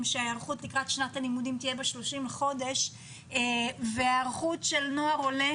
שההיערכות לקראת שנת הלימודים תהיה ב-30 לחודש והיערכות של נוער עולה